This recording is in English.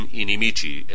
inimici